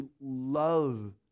love